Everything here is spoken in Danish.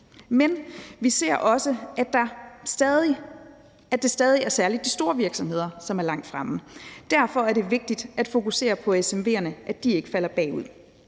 men vi ser også, at det stadig er særlig de store virksomheder, som er langt fremme, og derfor er det vigtigt at fokusere på, at SMV'erne ikke falder bagud.